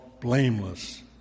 blameless